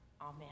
Amen